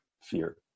fear